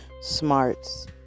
smarts